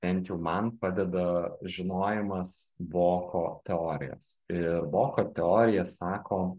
bent jau man padeda žinojimas voko teorijos ir voko teorija sako